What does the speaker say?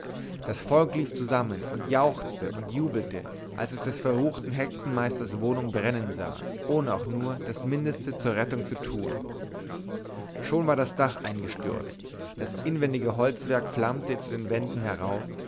das volk lief zusammen und jauchzte und jubelte als es des verruchten hexenmeisters wohnung brennen sah ohne auch nur das mindeste zur rettung zu tun schon war das dach eingestürzt das inwendige holzwerk flammte zu den wänden heraus